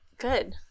Good